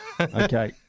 Okay